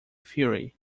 theory